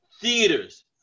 theaters